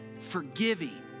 Forgiving